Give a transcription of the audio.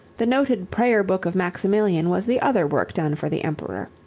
the noted prayer book of maximilian was the other work done for the emperor.